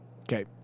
Okay